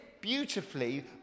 beautifully